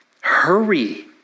Hurry